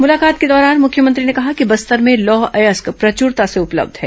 मुलाकात के दौरान मुख्यमंत्री ने कहा कि बस्तर में लौह अयस्क प्रच्रता से उपलब्य है